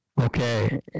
okay